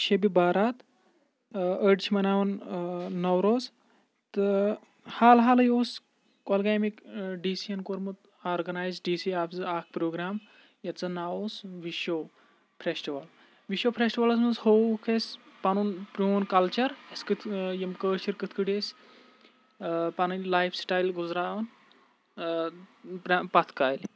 شَبہِ بارات أڈۍ چھِ مَناوَن نَو روز تہٕ حال حالٕے اوس کۅلہٕ گامٕکۍ ڈی سی یَن کوٚرمُت آرگٕنایِز ڈی سی آفسہِ اَکھ پرٛوگرام یِتھ زَن ناو اوس وِشو فیسٹِوَل وِشو فیسٹِوَلَس منٛز ہووُکھ اَسہِ پَنُن پرٛون کَلچَر اَسہِ کِتھٕ یِم کٲشِرۍ کِتھٕ پٲٹھۍ ٲسۍ پَنٕںۍ لایِف سِٹایِل گُزارَن پَتھ کالہِ